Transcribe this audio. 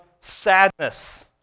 sadness